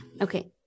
Okay